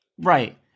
Right